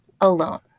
alone